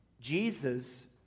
Jesus